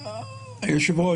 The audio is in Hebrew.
העלות